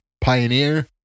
Pioneer